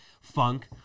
funk